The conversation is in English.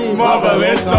marvelous